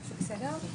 זה בסדר?